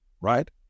right